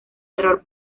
error